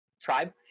Tribe